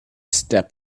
step